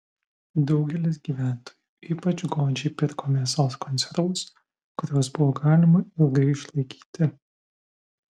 daugelis gyventojų ypač godžiai pirko mėsos konservus kuriuos buvo galima ilgai išlaikyti